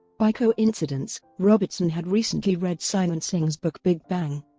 by coincidence, robertson had recently read simon singh's book big bang,